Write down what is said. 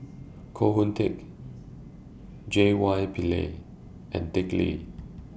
Koh Hoon Teck J Y Pillay and Dick Lee